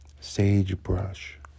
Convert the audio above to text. Sagebrush